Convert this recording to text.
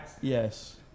Yes